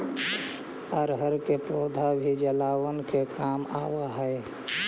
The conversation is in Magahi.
अरहर के पौधा भी जलावन के काम आवऽ हइ